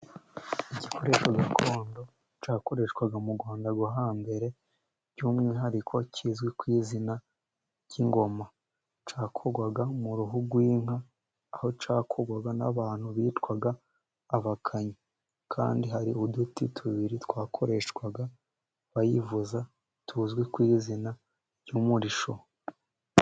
Igikoresho gakondo cyakoreshwaga mu Rwanda rwo hambere by'umwihariko kizwi ku izina ry'ingoma, cyakorwaga mu ruhu rw'inka aho cyakorwaga n'abantu bitwa abakanyi kandi hari uduti tubiri twakoreshwaga bayivuza tuzwi ku izina ry'umurisho.